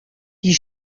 die